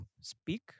speak